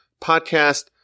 Podcast